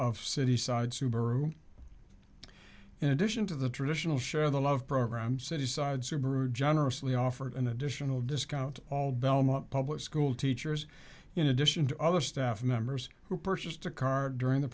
of city side subaru in addition to the traditional share the love program city sides or brew generously offered an additional discount all belmont public schoolteachers in addition to other staff members who purchased a car during the